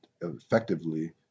effectively